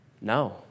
No